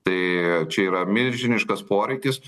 tai čia yra milžiniškas poreikis